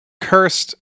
cursed